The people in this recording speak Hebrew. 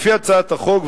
לפי הצעת החוק,